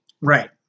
Right